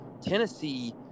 Tennessee